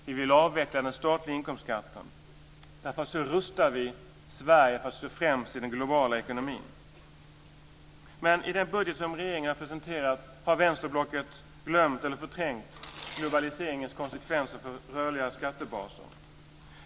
Vi vill avveckla den statliga inkomstskatten. Så rustar vi Sverige för att stå främst i den globala ekonomin. Men i den budget som regeringen har presenterat har vänsterblocket glömt, eller förträngt, globaliseringens konsekvenser för rörliga skattebaser.